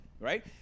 right